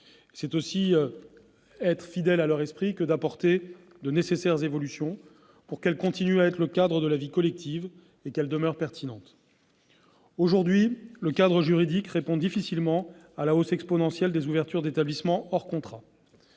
ce qui suppose de leur apporter les nécessaires évolutions pour qu'elles continuent à être le cadre de la vie collective et demeurent pertinentes. Aujourd'hui, le cadre juridique répond difficilement à la hausse exponentielle des ouvertures d'établissements hors contrat